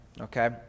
okay